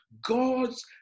God's